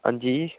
हां जी